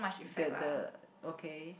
the the okay